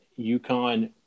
UConn